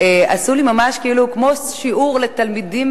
עשו לי ממש כמו שיעור לתלמידים